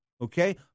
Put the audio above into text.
okay